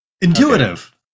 intuitive